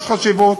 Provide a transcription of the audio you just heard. יש חשיבות